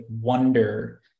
wonder